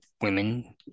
women